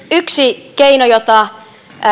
yksi keino jota